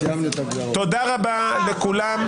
תודה רבה לכולם.